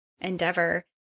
endeavor